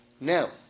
Now